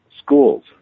schools